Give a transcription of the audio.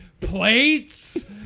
plates